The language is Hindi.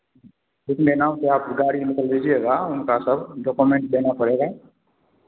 बुकिंग लेना हो तो आप गाड़ी मतलब लिजिएगा मतलब उनका सब डॉक्यूमेंट देना पड़ेगा